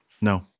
No